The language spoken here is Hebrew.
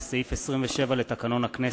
ולסעיף 27 לתקנון הכנסת,